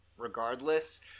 regardless